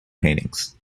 paintings